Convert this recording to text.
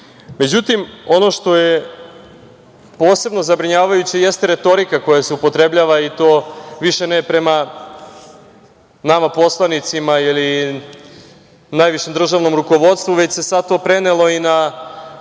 zemlji.Međutim, ono što je posebno zabrinjavajuće jeste retorika koja se upotrebljava i to više ne prema nama poslanicima, i najvišem državnom rukovodstvu, jer se sada to prenelo i na